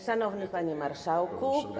Szanowny Panie Marszałku!